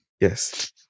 Yes